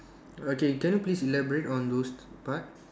okay can you please elaborate on those part